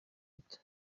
muto